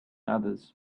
others